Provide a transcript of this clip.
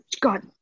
God